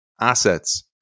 assets